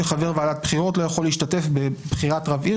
שחבר ועדת בחירות לא יכול להשתתף בבחירת רב עיר